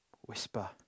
whisper